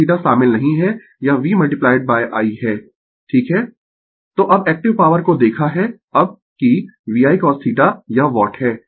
Refer Slide Time 1711 तो अब active power को देखा है अब कि VI cosθ यह वाट है